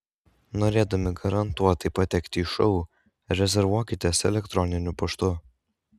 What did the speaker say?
norėdami garantuotai patekti į šou rezervuokitės elektroniniu paštu